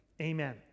Amen